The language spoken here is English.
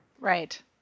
Right